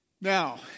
Now